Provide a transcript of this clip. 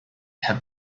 have